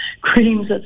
creams